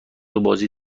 بازی